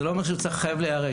זה לא אומר שהוא חייב להיהרג.